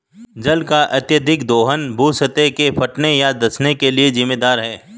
जल का अत्यधिक दोहन भू सतह के फटने या धँसने के लिये जिम्मेदार है